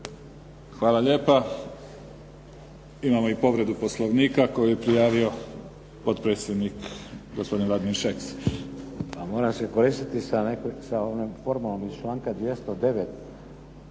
Hvala lijepa. Imamo i povredu Poslovnika koju je prijavio potpredsjednik, gospodin Vladimir Šeks.